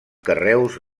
carreus